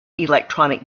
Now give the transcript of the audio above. electronic